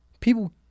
People